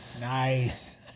nice